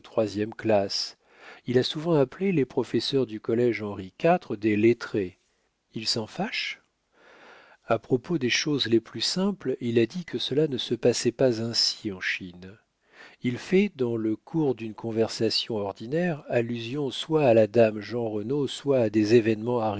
il a souvent appelé les professeurs du collége henri iv des lettrés ils s'en fâchent a propos des choses les plus simples il a dit que cela ne se passait pas ainsi en chine il fait dans le cours d'une conversation ordinaire allusion soit à la dame jeanrenaud soit à des événements